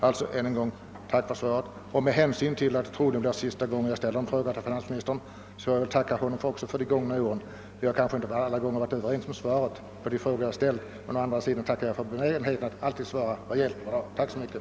Än en gång tackar jag finansministern för svaret. Med hänsyn till att det troligen är sista gången jag ställer en fråga till finansministern vill jag tacka honom också för de gångna åren. Vi har kanske inte alla gånger varit överens om svaren på de frågor jag har ställt, men jag tackar för hans benägenhet att alltid svara rejält och bra. Tack så mycket!